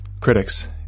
Critics